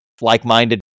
like-minded